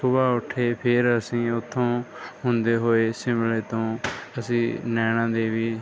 ਸੁਬਹਾ ਉੱਠੇ ਫੇਰ ਅਸੀਂ ਉੱਥੋਂ ਹੁੰਦੇ ਹੋਏ ਸਿਮਲੇ ਤੋਂ ਅਸੀਂ ਨੈਣਾਂ ਦੇਵੀ